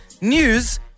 news